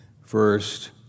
first